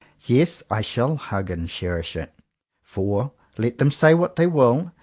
yes, i shall hug and cherish it for, let them say what they will,